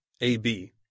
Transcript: AB